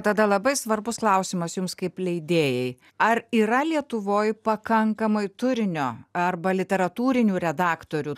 tada labai svarbus klausimas jums kaip leidėjai ar yra lietuvoj pakankamai turinio arba literatūrinių redaktorių